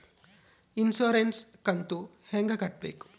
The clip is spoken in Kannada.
ಇನ್ಸುರೆನ್ಸ್ ಕಂತು ಹೆಂಗ ಕಟ್ಟಬೇಕು?